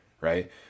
right